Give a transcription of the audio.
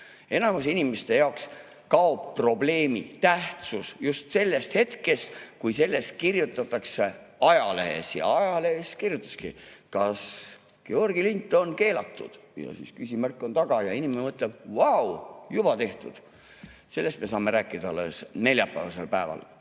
enamus inimeste jaoks kaob probleemi tähtsus just sellest hetkest, kui sellest kirjutatakse ajalehes. Ja ajaleht kirjutaski: "Kas Georgi lint on keelatud?" Küsimärk on taga, aga inimene mõtleb: "Vau, juba tehtud!" Sellest me saame rääkida alles neljapäevasel päeval.